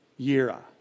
yira